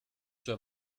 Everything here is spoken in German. zur